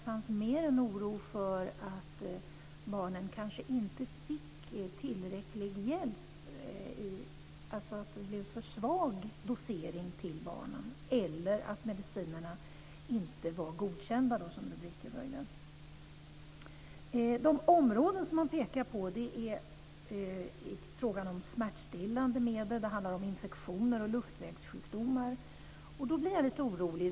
Oron gällde mer att barnen kanske inte fick tillräcklig hjälp, dvs. att doseringen var för svag, eller att medicinerna inte var godkända, som rubriken röjde. De områden man pekat på är smärtstillande medel samt infektioner och luftvägssjukdomar. Då blir jag lite orolig.